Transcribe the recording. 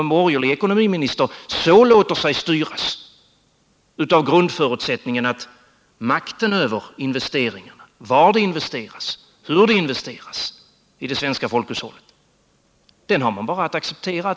En borgerlig ekonomiminister får inte så låta sig styras av grundförutsättningen att man bara har att acceptera att makten över investeringarna, över var det investeras och hur det investeras i det svenska folkhushållet, ligger där den ligger.